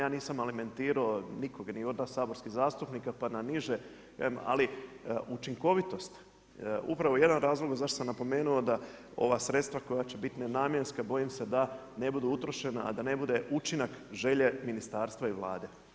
Ja nisam alimentirao nikoga ni od nas saborskih zastupnika pa na niže, ali učinkovitost, upravo jedan od razloga zašto sam napomenuo da ova sredstva koja će biti nenamjenska bojim se da ne budu utrošena, a da ne bude učinak želje ministarstva i Vlade.